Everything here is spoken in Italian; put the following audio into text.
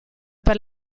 per